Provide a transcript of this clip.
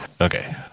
okay